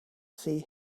see